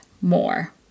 more